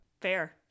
Fair